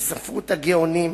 בספרות הגאונים,